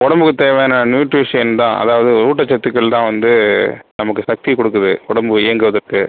உடம்புக்கு தேவையான நியூட்ரிஷியன் தான் அதாவது ஊட்டச்சத்துகள் தான் வந்து நமக்கு சக்தியை கொடுக்குது உடம்பு இயங்குவதற்கு